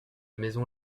maison